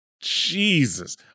Jesus